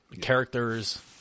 characters